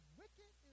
wicked